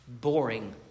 boring